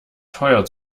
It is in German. teuer